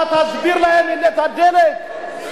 אתה תסביר להם שהעליתם דלק?